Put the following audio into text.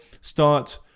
start